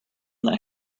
that